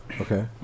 Okay